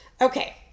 okay